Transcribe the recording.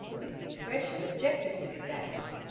his discretion objected to this act,